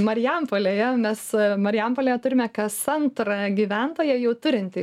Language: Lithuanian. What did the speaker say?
marijampolėje mes marijampolėje turime kas antrą gyventoją jau turintį